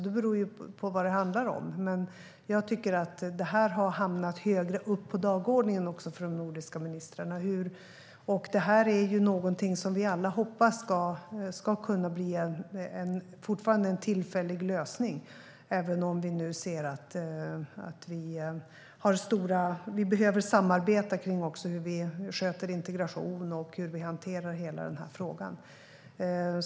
Det beror alltså på vad det handlar om, men jag tycker att detta har hamnat högre upp på dagordningen för de nordiska ministrarna. Det är någonting vi alla fortfarande hoppas ska kunna vara en tillfällig lösning, även om vi nu ser att vi behöver samarbeta också kring hur vi sköter integration och hanterar hela frågan.